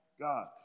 God